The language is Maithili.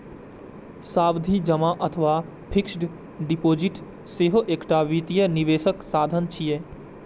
सावधि जमा अथवा फिक्स्ड डिपोजिट सेहो एकटा वित्तीय निवेशक साधन छियै